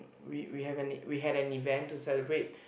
we we have an we had an event to celebrate